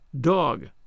Dog